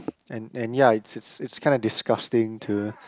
and and ya it's it's kind of disgusting to